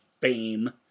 fame